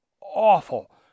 awful